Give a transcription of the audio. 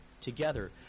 together